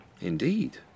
Indeed